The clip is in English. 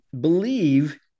believe